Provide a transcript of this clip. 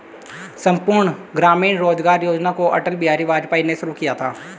संपूर्ण ग्रामीण रोजगार योजना को अटल बिहारी वाजपेयी ने शुरू किया था